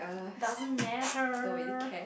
doesn't matter